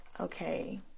okay